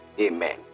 amen